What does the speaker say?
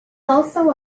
also